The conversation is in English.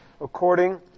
according